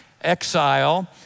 exile